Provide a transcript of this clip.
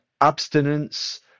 abstinence